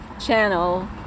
channel